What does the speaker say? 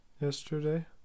Yesterday